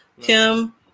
Kim